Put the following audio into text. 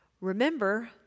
Remember